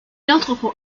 entreprend